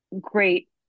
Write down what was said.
great